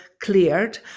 cleared